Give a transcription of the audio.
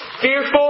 fearful